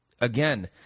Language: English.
again